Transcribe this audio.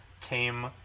came